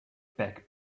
back